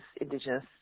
indigenous